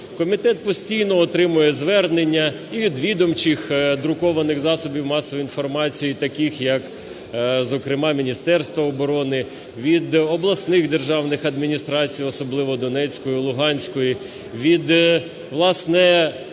Комітет постійно отримує звернення і від відомчих друкованих засобів масової інформації таких, як, зокрема, Міністерство оборони, від обласних державних адміністрацій, особливо Донецької, Луганської, від, власне,